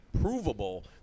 provable –